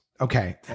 Okay